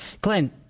Glenn